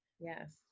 Yes